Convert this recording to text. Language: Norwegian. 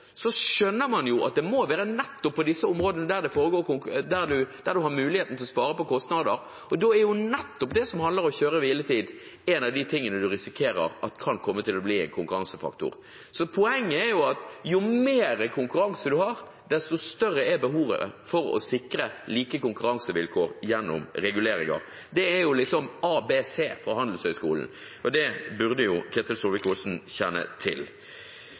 disse områdene en har muligheten til å spare på kostnader. Og da er jo nettopp det som handler om kjøre- og hviletid en av de tingene en risikerer at kan komme til å bli en konkurransefaktor. Så poenget er at jo mer konkurranse en har, desto større er behovet for å sikre like konkurransevilkår gjennom reguleringer. Det er liksom ABC fra Handelshøyskolen, og det burde jo Ketil Solvik-Olsen kjenne til.